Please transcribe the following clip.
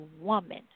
woman